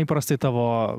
įprastai tavo